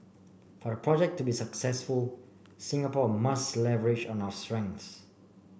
for the project to be successful Singapore must leverage on our strengths